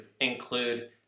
include